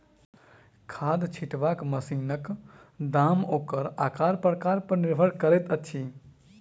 खाद छिटबाक मशीनक दाम ओकर आकार प्रकार पर निर्भर करैत अछि